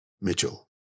Mitchell